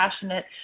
passionate